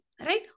right